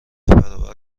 برابر